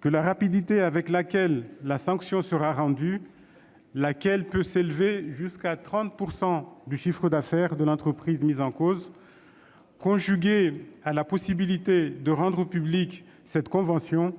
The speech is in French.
que la rapidité avec laquelle la sanction sera rendue, laquelle peut s'élever jusqu'à 30 % du chiffre d'affaires de l'entreprise mise en cause, conjuguée à la possibilité de rendre publique cette convention,